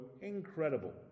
incredible